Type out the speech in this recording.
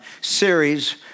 series